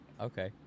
okay